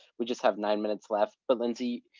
we just have nine minutes left. but lindsay,